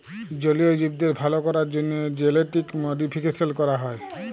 জলীয় জীবদের ভাল ক্যরার জ্যনহে জেলেটিক মডিফিকেশাল ক্যরা হয়